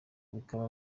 bakaba